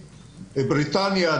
בריטניה,